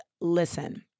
listen